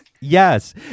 Yes